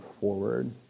forward